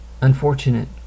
Unfortunate